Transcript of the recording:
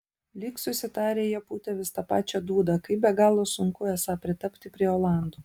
lyg susitarę jie pūtė vis tą pačią dūdą kaip be galo sunku esą pritapti prie olandų